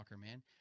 man